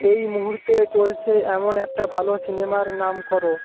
এই মুহূর্তে চলছে এমন একটা ভালো সিনেমার নাম করো